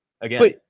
again